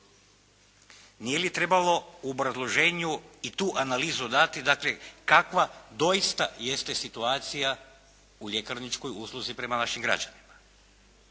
Nije li trebalo u obrazloženju i tu analizu dati, dakle kakva doista jeste situacija u ljekarničkoj usluzi prema našim građanima?